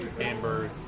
amber